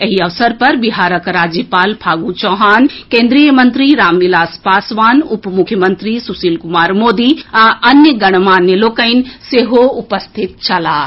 एहि अवसर पर बिहारक राज्यपाल फागू चौहान केन्द्रीय मंत्री रामविलास पासवान उपमुख्यमंत्री सुशील कुमार मोदी आ अन्य गणमान्य लोकनि सेहो उपस्थित छलाह